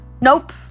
nope